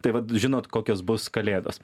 tai vat žinot kokios bus kalėdos